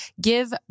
give